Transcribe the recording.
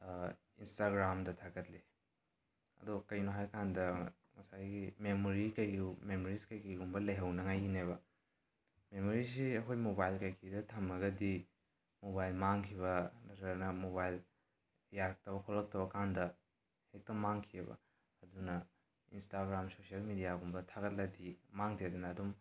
ꯏꯟꯁꯇꯥꯒ꯭ꯔꯥꯝꯗ ꯊꯥꯒꯠꯂꯤ ꯑꯗꯣ ꯀꯩꯅꯣ ꯍꯥꯏꯔꯀꯥꯟꯗ ꯉꯁꯥꯏꯒꯤ ꯃꯦꯃꯣꯔꯤꯁ ꯀꯩꯀꯩꯒꯨꯝꯕ ꯂꯩꯍꯧꯅꯉꯥꯏꯒꯤꯅꯦꯕ ꯃꯦꯃꯣꯔꯤꯁꯤ ꯑꯩꯈꯣꯏ ꯃꯣꯕꯥꯏꯜ ꯀꯩꯀꯩꯗ ꯊꯝꯃꯒꯗꯤ ꯃꯣꯕꯥꯏꯜ ꯃꯥꯡꯈꯤꯕ ꯅꯠꯇ꯭ꯔꯒꯅ ꯃꯣꯕꯥꯏꯜ ꯌꯥꯔꯛꯇꯕ ꯈꯣꯠꯂꯛꯇꯕꯀꯥꯟꯗ ꯍꯦꯛꯇ ꯃꯥꯡꯈꯤꯑꯕ ꯑꯗꯨꯅ ꯏꯟꯁꯇꯥꯒ꯭ꯔꯥꯝ ꯁꯣꯁꯦꯜ ꯃꯦꯗꯤꯌꯥꯒꯨꯝꯕꯗ ꯊꯥꯒꯠꯂꯒꯗꯤ ꯃꯥꯡꯗꯦꯗꯅ ꯑꯗꯨꯝ